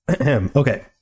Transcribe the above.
Okay